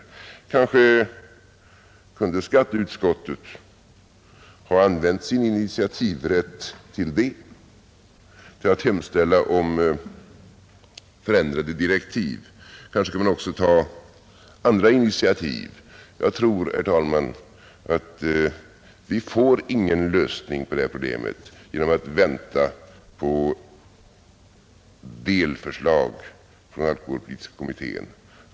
Skatteutskottet kunde kanske ha använt sin initiativrätt till att hemställa om ändrade direktiv. Kanske kunde utskottet också ta andra initiativ. Jag tror nämligen att vi inte kan få någon lösning på detta problem genom att vänta på delförslag från alkoholpolitiska utredningen.